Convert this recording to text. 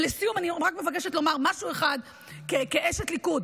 ולסיום אני רק מבקשת לומר משהו אחד כאשת ליכוד.